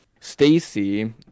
Stacy